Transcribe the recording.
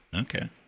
Okay